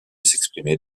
s’exprimer